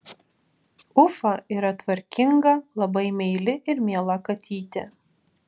ufa yra tvarkinga labai meili ir miela katytė